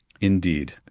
Indeed